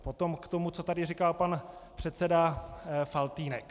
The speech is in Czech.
Potom k tomu, co tady říkal pan předseda Faltýnek.